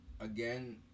again